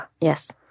yes